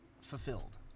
fulfilled